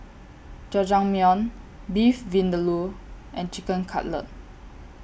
Jajangmyeon Beef Vindaloo and Chicken Cutlet